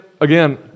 again